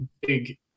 big –